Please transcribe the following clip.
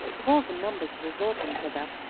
of all the numbers resorting hither,